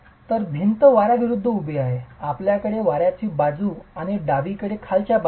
तर भिंत वाऱ्या विरूद्ध उभी आहे आपल्याकडे वाऱ्याची बाजू आणि डावीकडे खालच्या बाजू